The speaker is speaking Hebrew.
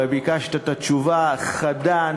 הרי ביקשת את התשובה החדה,